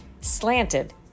Slanted